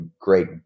great